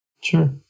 Sure